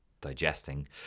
digesting